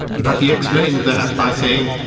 but he explained that by saying